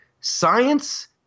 science